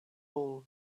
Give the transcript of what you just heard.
all